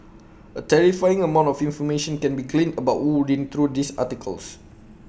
A terrifying amount of information can be gleaned about wu reading through these articles